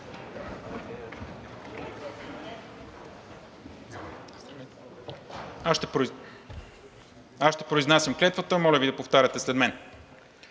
Аз ще произнасям клетвата. Моля Ви да повтаряте след мен.